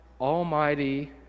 almighty